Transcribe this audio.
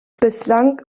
bislang